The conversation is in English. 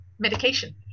Medication